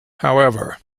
however